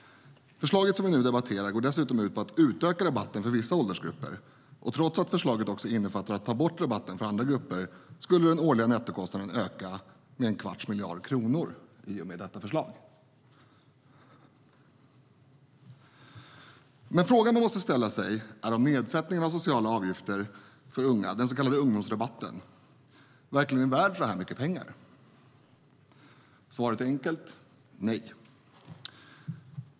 Förslaget som vi nu debatterar går dessutom ut på att utöka rabatten för vissa åldersgrupper, och trots att förslaget också innefattar att ta bort rabatten för andra grupper skulle den årliga nettokostnaden öka med 1⁄4 miljard kronor i och med detta förslag. Frågan man måste ställa sig är om nedsättningen av sociala avgifter för unga, den så kallade ungdomsrabatten, verkligen är värd så här mycket pengar. Svaret är enkelt: nej.